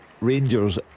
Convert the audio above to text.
Rangers